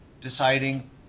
deciding